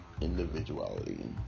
individuality